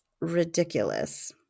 ridiculous